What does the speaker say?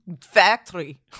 Factory